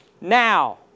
Now